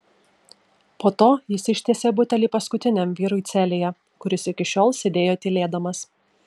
po to jis ištiesė butelį paskutiniam vyrui celėje kuris iki šiol sėdėjo tylėdamas